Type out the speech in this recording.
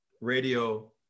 radio